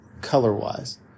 color-wise